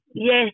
Yes